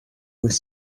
with